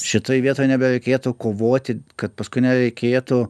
šitoj vietoj nebereikėtų kovoti kad paskui nereikėtų